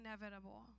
inevitable